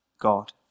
God